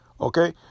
Okay